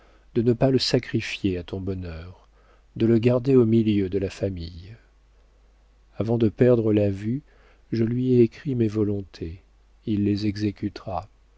de ne pas le sacrifier à ton bonheur de le garder au milieu de la famille avant de perdre la vue je lui ai écrit mes volontés il les exécutera